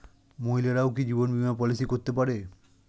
মহিলারাও কি জীবন বীমা পলিসি করতে পারে?